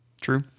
True